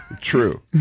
True